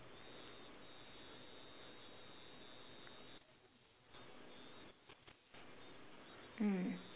mm